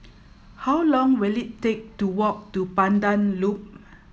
how long will it take to walk to Pandan Loop